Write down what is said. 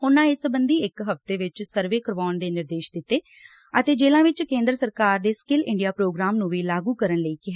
ਉਨੂਾ ਇਸ ਸਬੰਧੀ ਇਕ ਹਫ਼ਤੇ ਵਿਚ ਸਰਵੇ ਕਰਵਾਉਣ ਦੇ ਨਿਰਦੇਸ਼ ਦਿੱਤੇ ਅਤੇ ਜੇਲਾਂ ਵਿਚ ਕੇਂਦਰ ਸਰਕਾਰ ਦੇ ਸਕਿੱਲ ਇੰਡੀਆ ਪ੍ਰੋਗਰਾਮ ਨੂੰ ਵੀ ਲਾਗੂ ਕਰਨ ਲਈ ਕਿਹਾ